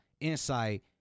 insight